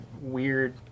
weird